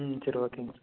ம் சரி ஓகேங்க சார்